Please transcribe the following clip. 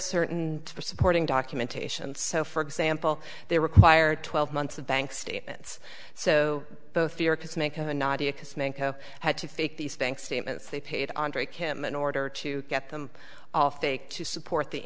certain for supporting documentation so for example they required twelve months of bank statements so both fear could make i had to fake these thank statements they paid andre kim in order to get them all fake to support the